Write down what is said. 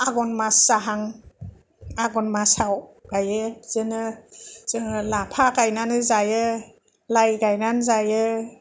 आगन मास जाहां आगन मासाव गायो बिदिनो जोङो लाफा गायनानै जायो लाइ गायनानै जायो